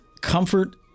comfort